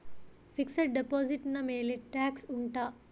fixed deposit ನ ಮೇಲೆ tax ಉಂಟಾ